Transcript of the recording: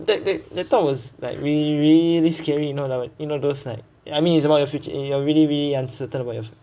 that that that thought was like really really scary you know like you know those like ya I mean it's about your future and you're really really uncertain about your